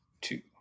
two